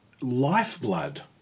lifeblood